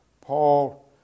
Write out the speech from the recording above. Paul